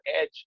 edge